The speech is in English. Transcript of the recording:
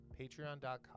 patreon.com